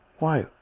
why,